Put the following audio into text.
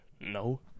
No